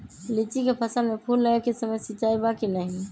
लीची के फसल में फूल लगे के समय सिंचाई बा कि नही?